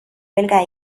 belga